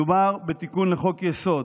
מדובר בתיקון לחוק-יסוד,